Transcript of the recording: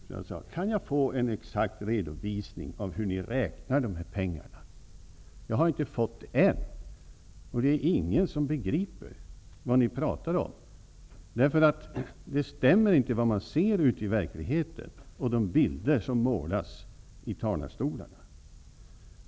Jag sade: Kan jag få en exakt redovisning av hur ni räknar dessa pengar? Jag har inte fått det än, och det är ingen som begriper vad ni pratar om. Det stämmer inte mellan vad man ser ute i verkligheten och de bilder som målas i talarstolarna.